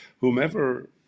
whomever